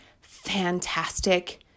fantastic